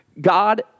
God